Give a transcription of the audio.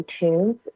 iTunes